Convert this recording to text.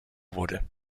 wurde